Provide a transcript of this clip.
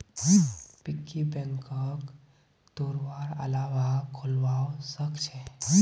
piggy बैंकक तोडवार अलावा खोलवाओ सख छ